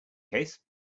case